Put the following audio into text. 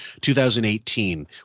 2018